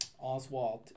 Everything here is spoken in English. Oswald